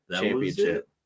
Championship